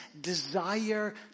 desire